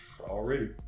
already